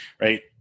right